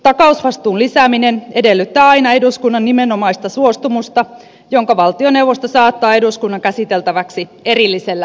takausvastuun lisääminen edellyttää aina eduskunnan nimenomaista suostumusta jonka valtioneuvosto saattaa eduskunnan käsiteltäväksi erillisellä tiedonannolla